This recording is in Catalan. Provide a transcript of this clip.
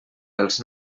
els